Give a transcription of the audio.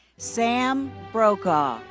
sam brokaw.